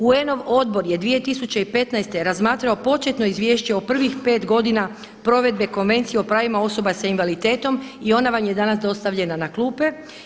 UN odbor je 2015. razmatrao početno izvješće o prvih 5 godina provedbe konvencije Konvencije o pravima osoba sa invaliditetom i ona vam je danas dostavljena na klupe.